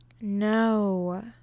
No